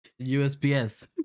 USPS